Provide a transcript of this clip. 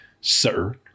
sir